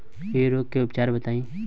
इ रोग के उपचार बताई?